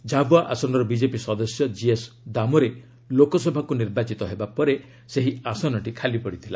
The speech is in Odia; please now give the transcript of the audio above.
ଝାବୁଆ ଆସନର ବିଜେପି ସଦସ୍ୟ ଜିଏସ୍ ଦାମୋରେ ଲୋକସଭାକୁ ନିର୍ବାଚିତ ହେବା ପରେ ସେହି ଆସନଟି ଖାଲି ପଡିଥିଲା